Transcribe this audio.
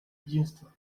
единство